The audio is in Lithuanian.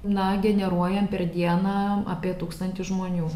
na generuoja per dieną apie tūkstantis žmonių